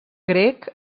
grec